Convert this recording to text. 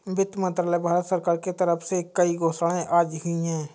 वित्त मंत्रालय, भारत सरकार के तरफ से कई घोषणाएँ आज हुई है